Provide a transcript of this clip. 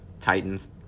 Titans